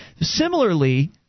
similarly